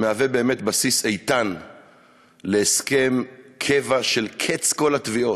מהווה באמת בסיס איתן להסכם קבע של קץ כל התביעות.